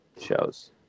shows